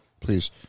please